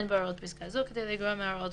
אין בהוראות פסקה זו כדי לגרוע מהוראות